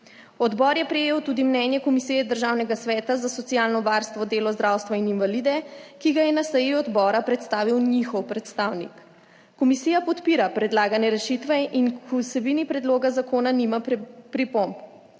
Odbor je prejel tudi mnenje Komisije Državnega sveta za socialno varstvo, delo, zdravstvo in invalide, ki ga je na seji odbora predstavil njihov predstavnik. Komisija podpira predlagane rešitve in k vsebini predloga zakona nima pripomb.